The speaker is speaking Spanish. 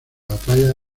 batalla